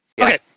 Okay